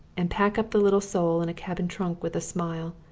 and pack up the little soul in a cabin trunk with a smile.